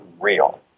real